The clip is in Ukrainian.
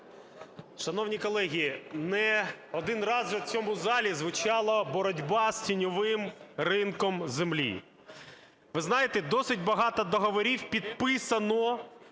Шановні колеги, не один раз вже в цьому залі звучала боротьба з тіньовим ринком землі. Ви знаєте, досить багато договорів підписано